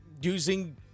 using